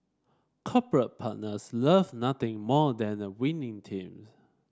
corporate partners love nothing more than a winning team